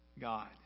God